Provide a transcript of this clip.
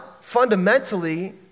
fundamentally